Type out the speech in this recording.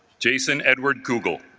jason edward google,